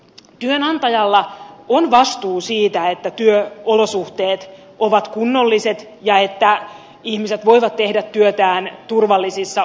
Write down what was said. työnantajalla on vastuu siitä että työolosuhteet ovat kunnolliset ja että ihmiset voivat tehdä työtään turvallisissa olosuhteissa